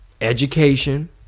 education